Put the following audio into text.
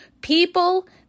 People